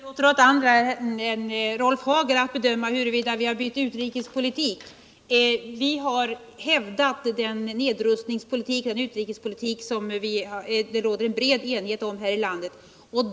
Herr talman! Jag överlåter åt andra än Rolf Hagel att bedöma huruvida vi har bytt utrikespolitik. Vi har hävdat den nedrustningspolitik och den utrikespolitik som det råder en bred enighet om här i landet.